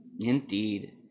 Indeed